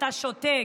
אתה שותק.